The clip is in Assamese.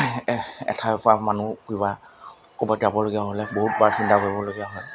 এ এঠাইৰপা মানুহ কিবা ক'ৰবাত যাবলগীয়া হ'লে বহুত বাৰ চিন্তা কৰিবলগীয়া হয়